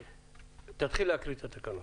תתחיל לקרוא את התקנות.